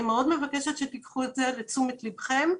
אני מאוד מבקשת שתיקחו את זה לתשומת לבכם,